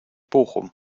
bochum